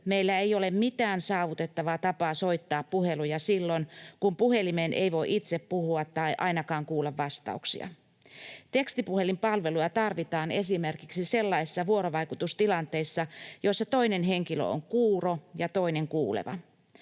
meillä ei ole mitään saavutettavaa tapaa soittaa puheluja silloin, kun puhelimeen ei voi itse puhua tai ainakaan kuulla vastauksia. Tekstipuhelinpalvelua tarvitaan esimerkiksi sellaisissa vuorovaikutustilanteissa, joissa toinen henkilö on kuuro ja toinen kuuleva.